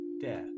death